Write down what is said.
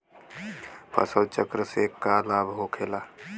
फसल चक्र से का लाभ होखेला?